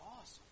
awesome